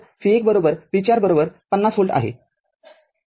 तर v१ v४ ५० व्होल्ट आहे